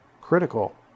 critical